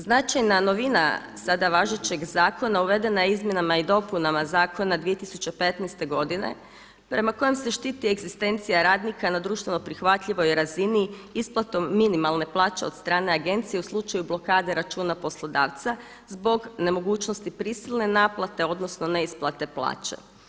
Značajna novina sada važećeg zakona uvedena je izmjenama i dopunama zakona 2015. godine prema kojem se štititi egzistencija radnika na društveno prihvatljivoj razini isplatom minimalne plaće od strane agencije u slučaju blokade računa poslodavca zbog nemogućnosti prisilne naplate, odnosno neisplate plaće.